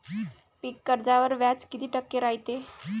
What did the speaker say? पीक कर्जावर व्याज किती टक्के रायते?